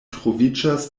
troviĝas